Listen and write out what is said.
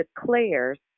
declares